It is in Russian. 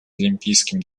олимпийским